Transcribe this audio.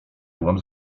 byłam